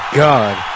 god